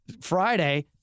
Friday